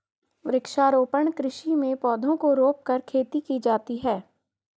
वृक्षारोपण कृषि में पौधों को रोंपकर खेती की जाती है